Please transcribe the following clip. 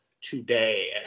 today